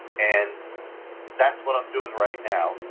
and that's what i'm doing right now,